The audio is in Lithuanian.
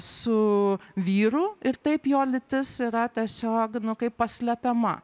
su vyru ir taip jo lytis yra tiesiog kaip paslepiama